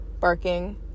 barking